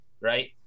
right